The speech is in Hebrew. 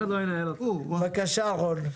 בבקשה רון.